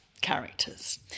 characters